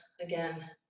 again